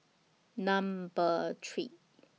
Number three